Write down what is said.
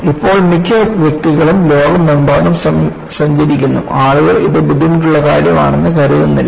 ഇപ്പോൾ മിക്ക വ്യക്തികളും ലോകമെമ്പാടും സഞ്ചരിക്കുന്നു ആളുകൾ ഇത് ബുദ്ധിമുട്ടുള്ള കാര്യമാണെന്ന് കരുതുന്നില്ല